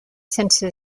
sense